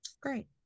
great